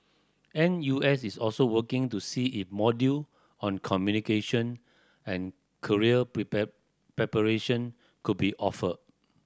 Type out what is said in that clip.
N U S is also working to see if module on communication and career preparation could be offered